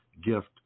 Gift